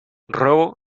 robo